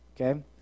Okay